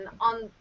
on